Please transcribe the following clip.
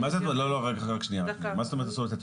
לא הכלים המנהליים שיש לה והיא חסרת כלים,